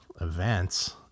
events